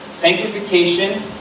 Sanctification